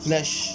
Flesh